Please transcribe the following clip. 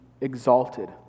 exalted